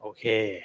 Okay